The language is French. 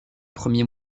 premier